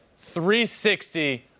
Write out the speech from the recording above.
360